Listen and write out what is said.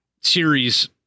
series